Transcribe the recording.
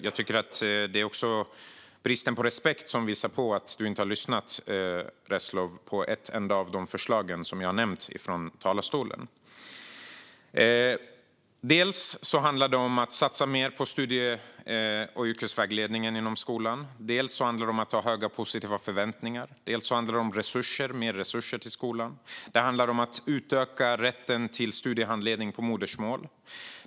Det visar på brist på respekt att du, Reslow, inte har hört ett enda av de förslag som jag nämnde från talarstolen. Dels handlar det om att satsa mer på studie och yrkesvägledningen i skolan, dels handlar det om att ha höga och positiva förväntningar, dels handlar det om mer resurser till skolan. Det handlar om att utöka rätten till studiehandledning i modersmål.